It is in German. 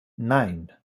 nein